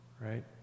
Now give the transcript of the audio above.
Right